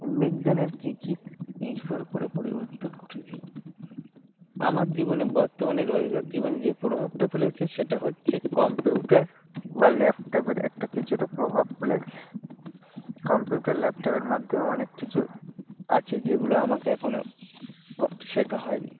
বিজ্ঞানের কী কী নির্ভর করে পরিবর্তন ঘটেছে আমার জীবনে বর্তমানে রোজকার জীবনে যে প্রভাবটা ফেলেছে সেটা হচ্ছে কম্পিউটার বা ল্যাপটপের একটা কিছুটা প্রভাব ফেলেছে কম্পিউটার ল্যাপটপের মাধ্যমে অনেক কিছু আছে যেগুলো আমাকে এখনও শেখা হয়নি